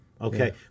Okay